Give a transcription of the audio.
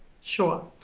sure